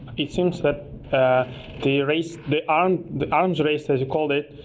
it seems that the race the um the arms race, as you called it,